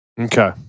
Okay